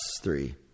three